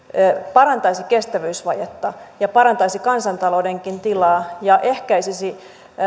parantaisi kestävyysvajetta ja parantaisi kansantaloudenkin tilaa ja ehkäisisi